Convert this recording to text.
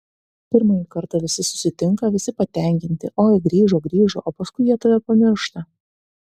pirmąjį kartą visi susitinka visi patenkinti oi grįžo grįžo o paskui jie tave pamiršta